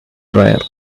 dryer